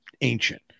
ancient